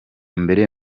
mbere